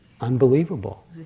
Unbelievable